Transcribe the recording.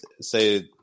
say –